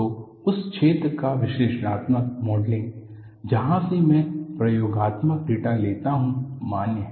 तो उस क्षेत्र का विश्लेषणात्मक मॉडलिंग जहां से मैं प्रयोगात्मक डेटा लेता हूं मान्य है